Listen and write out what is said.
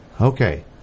Okay